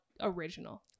original